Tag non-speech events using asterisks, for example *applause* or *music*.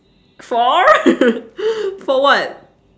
for *laughs* for what